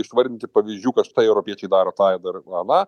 išvardinti pavyzdžių kad štai europiečiai daro tą ir dar aną